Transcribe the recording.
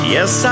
Yes